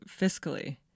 fiscally